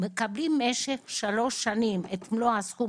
מקבלים במשך שלוש שנים את מלוא הסכום